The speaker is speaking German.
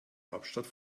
hauptstadt